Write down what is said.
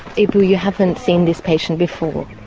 ibu, you haven't seen this patient before?